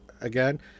again